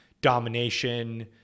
domination